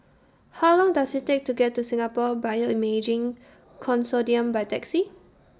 How Long Does IT Take to get to Singapore Bioimaging Consortium By Taxi